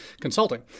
consulting